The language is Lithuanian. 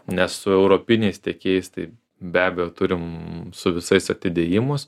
nes su europiniais tiekėjais tai be abejo turim su visais atidėjimus